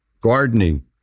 gardening